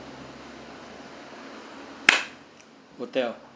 hotel